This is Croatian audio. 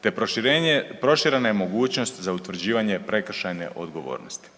te proširenje, proširena je mogućnost za utvrđivanje prekršajne odgovornosti.